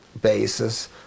basis